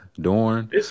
Dorn